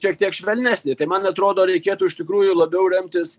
šiek tiek švelnesnė tai man atrodo reikėtų iš tikrųjų labiau remtis